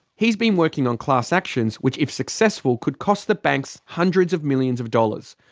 he's been working on class actions which if successful could cost the banks hundreds of millions of dollars.